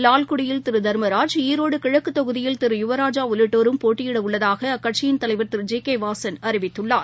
லால்குடியில் திரு தர்மராஜ் ஈரோடு கிழக்கு தொகுதியில் திரு யுவராஜா உள்ளிட்டோரும் போட்டியிடவுள்ளதாக அக்கட்சி தலைவர் திரு ஜி கே வாசன் அறிவித்துள்ளார்